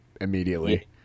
immediately